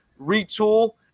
retool